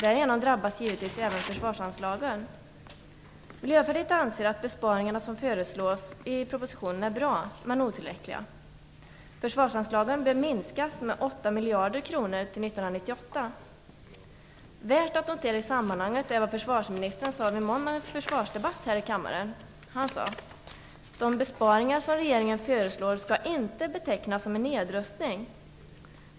Därigenom drabbas givetvis även försvarsanslagen. Miljöpartiet anser att de besparingar som föreslås i propositionen är bra men otillräckliga. Försvarsanslagen bör minskas med 8 miljarder kronor till 1998. Det som försvarsministern sade vid måndagens försvarsdebatt här i kammaren är värt att notera. Han sade: De besparingar som regeringen föreslår skall inte betecknas som en nedrustning.